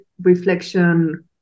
reflection